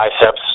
biceps